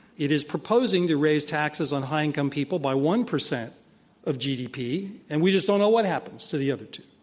it is proposing to raise taxes on high-income people by one percent of gdp, and we just don't know what happens to the other two.